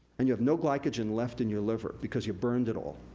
and you have no glycogen left in your liver because you burned it all,